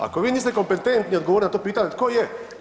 Ako vi niste kompetentni odgovoriti na to pitanje, tko je?